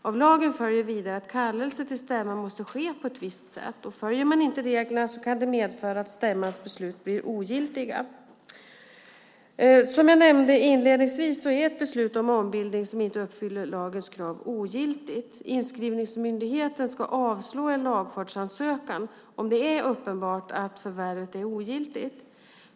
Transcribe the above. Av lagen följer vidare att kallelse till stämma måste ske på ett visst sätt. Följer man inte reglerna kan det medföra att stämmans beslut blir ogiltiga. Som jag nämnde inledningsvis är ett beslut om ombildning som inte uppfyller lagens krav ogiltigt. Inskrivningsmyndigheten ska avslå en lagfartsansökan om det är uppenbart att förvärvet är ogiltigt.